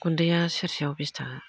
गुन्दैआ सेरसेआव बिस थाखा